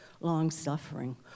long-suffering